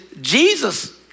Jesus